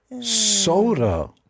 soda